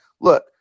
Look